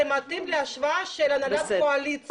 זה מתאים להשוואה של הנהלת קואליציה.